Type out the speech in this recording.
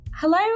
Hello